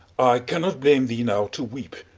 cannot blame thee now to weep,